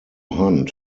hunt